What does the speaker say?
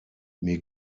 mir